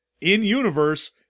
in-universe